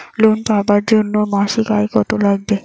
Loan পাবার জন্যে মাসিক আয় কতো লাগবে?